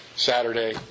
Saturday